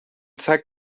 zeigt